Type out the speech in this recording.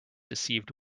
deceived